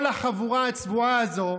כל החבורה הצבועה הזו,